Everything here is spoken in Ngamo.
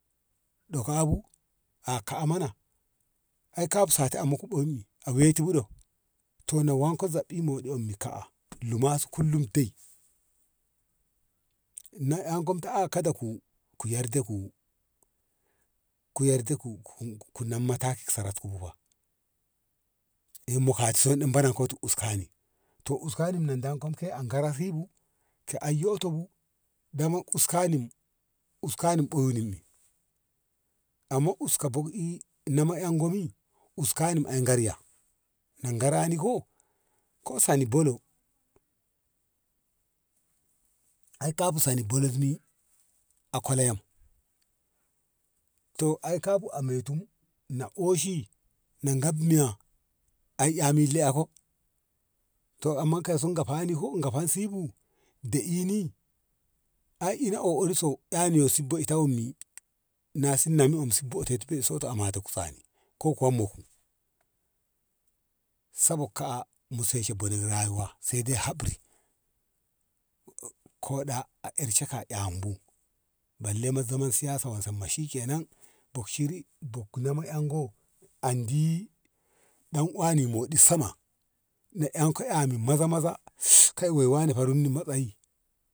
ɗoka bu a ka mana ai ka fusata a moku oyum i a weti bu ɗo to na wanko zab ɗi moɗi anko i ka`a luma su kullum dei na emto ka`a kada ku yarda ku nab mataki ki sarabtu ku bu ba ɗeyyan mu kati banan ku uskani to uskani na dam kon ke goran ni si bu te ai yoto bu dama uskani uskani ɓoyun i amo uska bog i nama en go ri uskani ay garya na gara ni go ko sani bolo ai ta soni bolon i a kola yam to ai kabu ame tum na oshi na gad miya ai eh milla ako to amma kaiso gafa ni ho gafan si bu de`i ni ai ina o`ori so ani yosi gopta wommi nasi nami amsi botot ti soto a mate kusa ni ko kuwa mukon sabog ka mu sheshe bonen rayuwa se dai hapri ko da a ershe kan bu balle ma zaman siyasa shi kenan bog shiri bog nama emgo andi danuwani moɗi sama na emko ehni maza maza wane fa rinni matsayi.